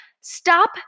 stop